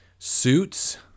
Suits